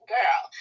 girl